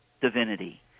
divinity